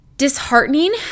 disheartening